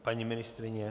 Paní ministryně?